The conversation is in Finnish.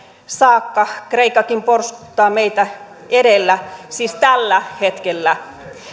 saakka kreikkakin porskuttaa meitä edellä siis tällä hetkellä